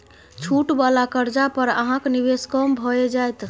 छूट वला कर्जा पर अहाँक निवेश कम भए जाएत